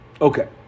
Okay